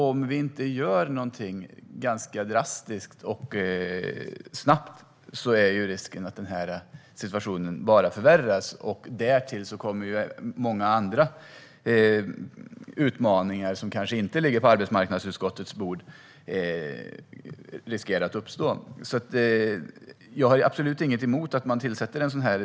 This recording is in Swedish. Om vi inte gör någonting ganska drastiskt och snabbt är risken att situationen förvärras. Därtill riskerar många andra utmaningar, som kanske inte ligger på arbetsmarknadsutskottets bord, att uppstå. Jag har absolut inget emot att man tillsätter en delegation.